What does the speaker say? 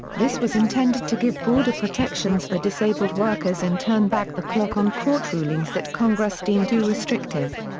this was intended to give broader protections for disabled workers and turn back the clock on court rulings that congress deemed too restrictive.